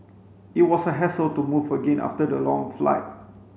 it was a hassle to move again after the long flight